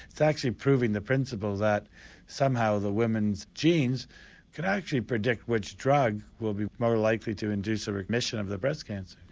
it's actually proving the principle that somehow the women's genes could actually predict which drug will be more likely to induce a remission of the breast cancer.